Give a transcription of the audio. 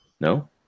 no